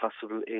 possible